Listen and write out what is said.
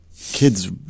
kid's